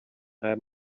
aya